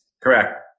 Correct